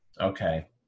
Okay